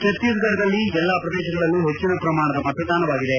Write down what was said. ಛತ್ತೀಸ್ಗಡದಲ್ಲಿ ಎಲ್ಲಾ ಪ್ರದೇಶಗಳಲ್ಲೂ ಹೆಚ್ಚಿನ ಪ್ರಮಾಣದ ಮತದಾನವಾಗಿದೆ